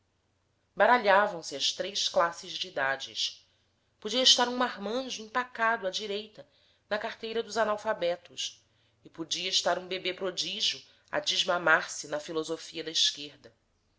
grego baralhavam se as três classes de idades podia estar um marmanjo empacado à direita na carteira dos analfabetos e podia estar um bebê prodígio a desmamar se na filosofia da esquerda